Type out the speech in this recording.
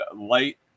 light